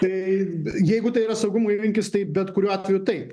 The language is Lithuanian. tai jeigu tai yra saugumui rinkis tai bet kuriuo atveju taip